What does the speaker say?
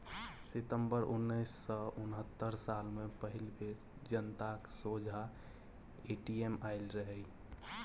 सितंबर उन्नैस सय उनहत्तर साल मे पहिल बेर जनताक सोंझाँ ए.टी.एम आएल रहय